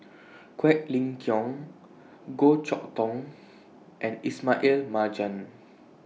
Quek Ling Kiong Goh Chok Tong and Ismail Marjan